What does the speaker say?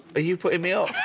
you putting me off?